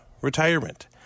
retirement